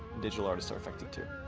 digital artists are affected too.